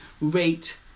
rate